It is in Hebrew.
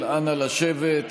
נא לשבת.